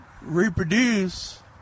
reproduce